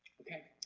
okay,